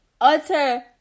utter